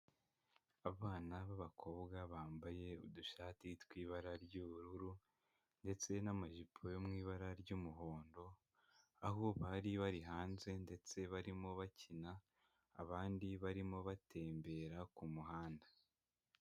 Abana b'abakobwa bambaye udushati tw'ibara ry'ubururu ndetse n'amajipo yo mu ibara ry'umuhondo, aho bari bari hanze ndetse barimo bakina, abandi barimo batembera ku muhanda.